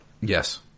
Yes